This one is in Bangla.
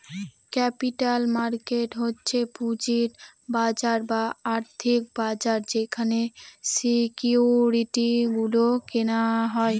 ক্যাপিটাল মার্কেট হচ্ছে পুঁজির বাজার বা আর্থিক বাজার যেখানে সিকিউরিটি গুলো কেনা হয়